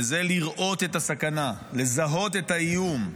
וזה לראות את הסכנה, לזהות את האיום,